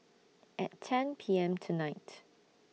At ten P M tonight